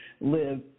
live